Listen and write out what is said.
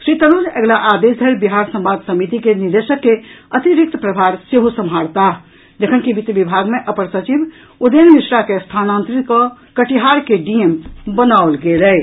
श्री तनुज अगिला आदेश धरि बिहार संवाद समिति के निदेशक के अतिरिक्त प्रभार सेहो सम्हारताह जखनकि वित्त विभाग मे अपर सचिव उदयन मिश्रा के स्थानांतरित कऽ कटिहार के डीएम बनाओल गेल अछि